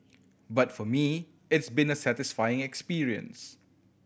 but for me it's been a satisfying experience